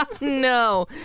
No